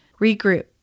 Regroup